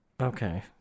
Okay